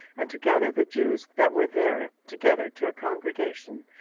and to gather the jews that were there together to a congregation,